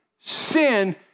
sin